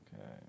Okay